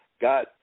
got